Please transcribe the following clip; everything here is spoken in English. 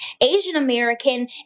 Asian-American